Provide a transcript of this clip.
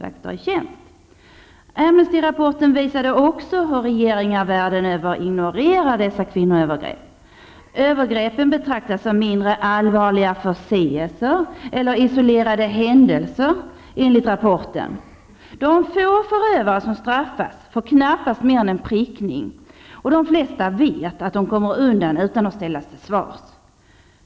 Amnestyrapporten visade också hur regeringar världen över ignorerar dessa kvinnoövergrepp. Övergreppen betraktas som mindre allvarliga förseelser eller isolerade händelser, enligt rapporten. De få förövare som straffas får knappast mer än en prickning, och de flesta vet att de kommer undan utan att ställas till svars.